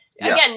again